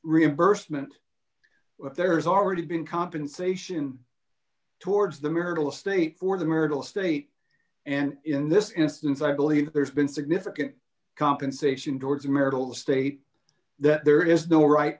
reimbursement there's already been compensation towards the marital estate for the marital state and in this instance i believe there's been significant compensation towards marital state that there is no right